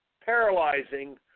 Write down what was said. paralyzing